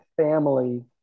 family